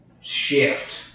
shift